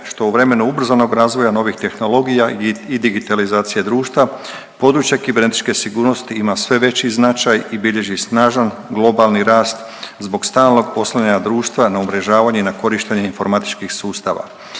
što u vremenu ubrzanog razvoja novih tehnologija i digitalizacije društva, područje kibernetičke sigurnosti ima sve veći značaj i bilježi snažan globalni rast zbog stalnog poslovnog društva na umrežavanje i na korištenje informatičkih sustava.